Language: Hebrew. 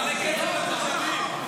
זה --- כסף לתושבים.